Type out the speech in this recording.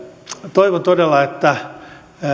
toivon todella että